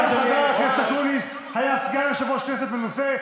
חבר הכנסת אקוניס היה סגן יושב-ראש כנסת מנוסה,